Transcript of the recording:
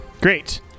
Great